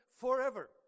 forever